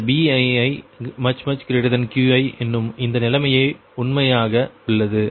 பின்னர் BiiQi என்னும் இந்த நிலைமை உண்மையாக உள்ளது